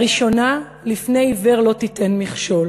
הראשונה, "לפני עִוֵּר לא תִתן מכשול":